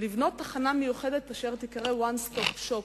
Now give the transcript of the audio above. הנחיתי את גורמי המשרד לבנות תחנה מיוחדת אשר תיקרא One Stop Shop,